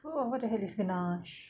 oh what the hell is ganache